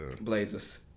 Blazers